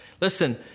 Listen